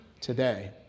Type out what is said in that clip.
today